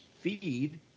feed